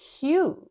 huge